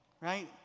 right